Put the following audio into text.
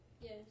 Yes